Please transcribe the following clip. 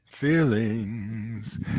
feelings